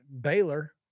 Baylor